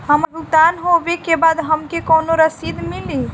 हमार भुगतान होबे के बाद हमके कौनो रसीद मिली?